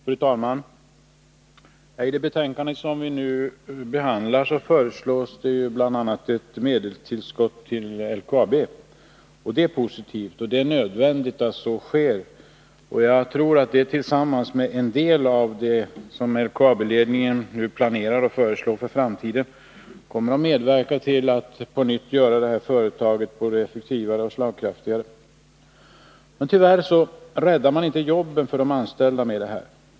Fru talman! I det betänkande som vi nu behandlar föreslås det bl.a. ett medelstillskott till LKAB. Det är positivt och nödvändigt att så sker, och jag tror att det, tillsammans med en del av det som LKAB-ledningen nu planerar att föreslå för framtiden, kommer att medverka till att på nytt göra företaget både effektivare och slagkraftigare. Men tyvärr räddar man inte jobben för de anställda med detta.